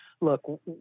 look